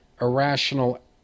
irrational